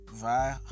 via